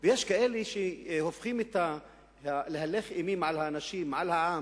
יש כאלה שהופכים את להלך אימים על האנשים, על העם,